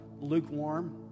lukewarm